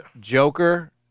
Joker